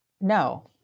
No